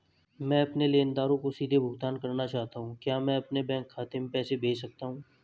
मैं अपने लेनदारों को सीधे भुगतान करना चाहता हूँ क्या मैं अपने बैंक खाते में पैसा भेज सकता हूँ?